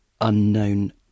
unknown